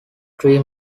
three